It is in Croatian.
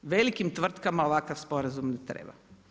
Velikim tvrtkama ovakav sporazum ne treba.